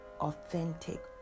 authentic